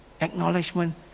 acknowledgement